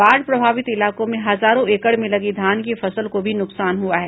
बाढ प्रभावित इलाकों में हजारो एकड़ में लगी धान की फसल को भी नुकसान हुआ है